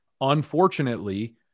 Unfortunately